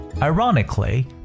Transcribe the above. Ironically